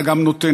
אלא גם נותנת.